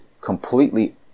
completely